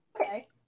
Okay